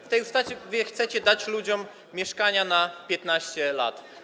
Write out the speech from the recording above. W tej ustawie chcecie dać ludziom mieszkania na 15 lat.